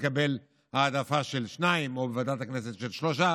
לקבל העדפה של שניים או בוועדת הכנסת העדפה של שלושה.